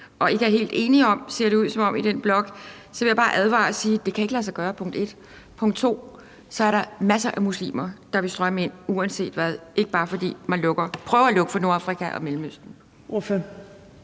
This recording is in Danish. og ikke er helt enige om i den blok, ser det ud som om, så vil jeg bare advare og sige: punkt 1, at det ikke kan lade sig gøre, og punkt 2, at der er masser af muslimer, der vil strømme ind uanset hvad, selv om man prøver at lukke for Nordafrika og Mellemøsten.